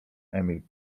emil